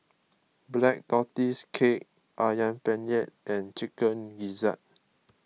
Black Tortoise Cake Ayam Penyet and Chicken Gizzard